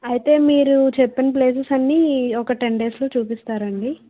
అయితే మీరు చెప్పిన ప్లేసెస్ అన్ని ఒక టెన్ డేస్ లో చూపిస్తారా అండి